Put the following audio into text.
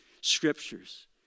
scriptures